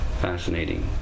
fascinating